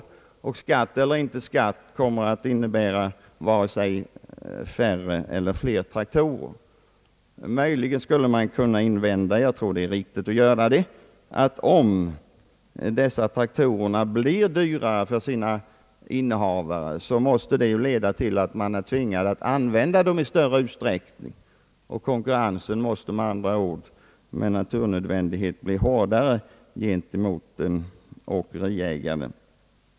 Skatt el ler inte skatt kommer att innebära varken färre eller fler traktorer. Det skulle möjligen kunna invändas — och jag tror att det är riktigt att göra det — att om dessa traktorer blir dyrare för sina innehavare, måste detta leda till att jordbrukarna tvingas till att använda dem i större utsträckning och att konkurrensen följaktligen med andra ord måste bli hårdare gentemot åkeriägarna.